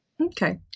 Okay